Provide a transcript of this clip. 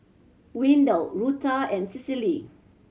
Wendel Rutha and Cicely